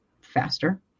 faster